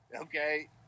Okay